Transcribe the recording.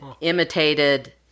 imitated